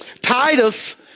Titus